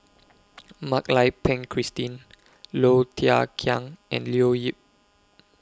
Mak Lai Peng Christine Low Thia Khiang and Leo Yip